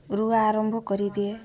ରୁଆ ଆରମ୍ଭ କରିଦିଏ